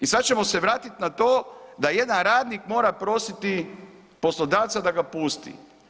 I sada ćemo se vratiti na to da jedan radnik mora prositi poslodavca da ga pusti.